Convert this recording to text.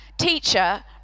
teacher